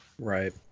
Right